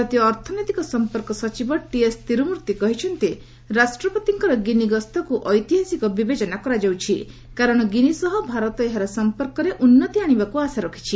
ଭାରତୀୟ ଅର୍ଥନୈତିକ ସଂପର୍କ ସଚିବ ଟିଏସ୍ ତିର୍ମମ୍ତ୍ତି କହିଛନ୍ତି ରାଷ୍ଟ୍ରପତିଙ୍କର ଗିନି ଗସ୍ତକୁ ଐତିହାସିକ ବିବେଚନା କରାଯାଉଛି କାରଣ ଗିନି ସହ ଭାରତ ଏହାର ସମ୍ପର୍କରେ ଉନ୍ନତି ଆଣିବାକୁ ଆଶା ରଖିଛି